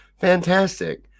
Fantastic